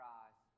eyes